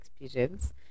experience